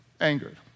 angered